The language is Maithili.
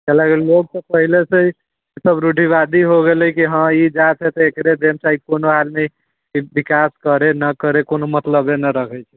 काहे लए के लोक तऽ पहले से हि रुढ़िवादी भय गेले कि ई जाति है तऽ एकरे देके है कोनो आदमी विकास करै ना करै कोनो मतलबे नहि रखै छै